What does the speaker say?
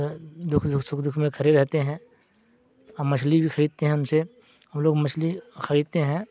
دکھ سکھ سکھ دکھ میں کھڑے رہتے ہیں اور مچھلی بھی خریدتے ہیں ہم سے ہم لوگ مچھلی خریدتے ہیں